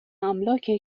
املاک